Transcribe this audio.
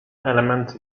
element